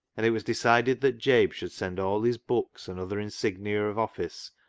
and it was decided that jabe should send all his books and other insignia of office,